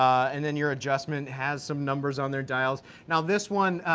and then your adjustment has some numbers on their dials. now this one,